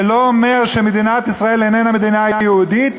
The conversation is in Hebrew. זה לא אומר שמדינת ישראל איננה מדינה יהודית,